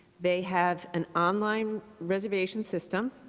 they have an on-line reservation system,